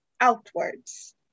outwards